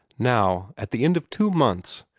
now, at the end of two months,